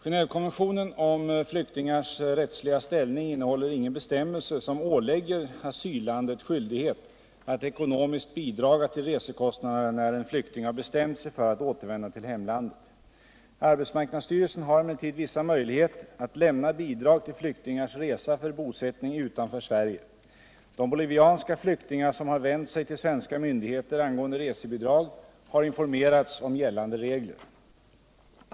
Genévekonventionen om flyktingars rättsliga ställning innehåller ingen bestämmelse som ålägger asyllandet skyldighet att ekonomiskt bidra till resekostnaderna när en flykting har bestämt sig för att återvända till hemlandet. Arbetsmarknadsstyrelsen har emellertid vissa möjligheter att lämna bidrag till flyktingars resa för bosättning utanför Sverige. De bolivianska flyktingar som har vänt sig till svenska myndigheter angående resebidrag har informerats om gällande regler.